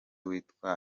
witwa